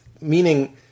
Meaning